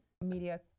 media